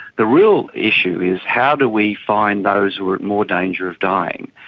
the real issue is how do we find those who are at more danger of dying?